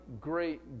great